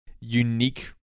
unique